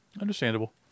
understandable